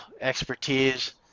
expertise